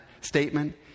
statement